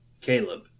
Caleb